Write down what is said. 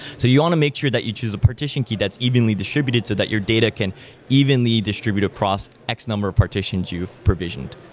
so you want to make sure that you just partition key that's evenly distributed so that your data can evenly distribute across x number of partition you provisioned.